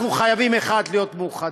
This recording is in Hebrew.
אנחנו חייבים, 1. להיות מאוחדים,